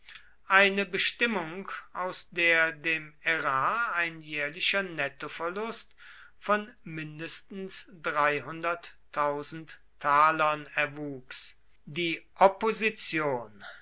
eine bestimmung aus der dem ärar ein jährlicher nettoverlust von mindestens talern erwuchs die opposition